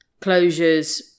closures